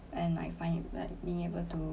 and I find it like being able to